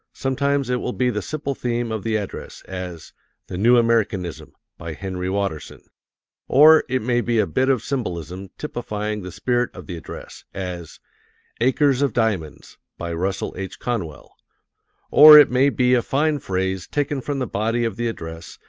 sometimes it will be the simple theme of the address, as the new americanism, by henry watterson or it may be a bit of symbolism typifying the spirit of the address, as acres of diamonds, by russell h. conwell or it may be a fine phrase taken from the body of the address,